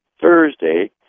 Thursday